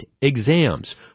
exams